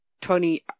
Tony